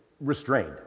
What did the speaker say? restrained